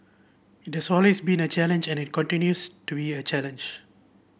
it always been a challenge and it continues to be a challenge